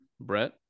Brett